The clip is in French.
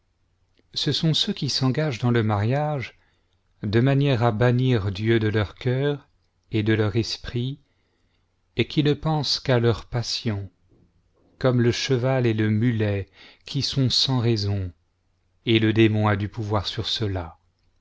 ce sont ceux qui s'engagent dans le mariage de manière à bannir dieu de leur cœur et de leur esprit et qui ne pensent qu'à leur passion comme le cheval et le mulet qui sont sans raison le démon a du pouvoir sur ceux-là